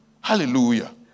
Hallelujah